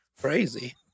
Crazy